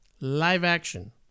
Live-action